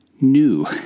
new